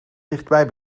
dichtbij